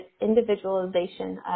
individualization